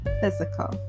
physical